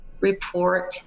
report